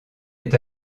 est